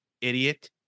idiot